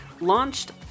launched